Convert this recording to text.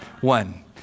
One